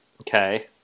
Okay